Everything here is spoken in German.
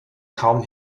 kaum